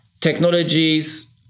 technologies